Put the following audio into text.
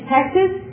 Texas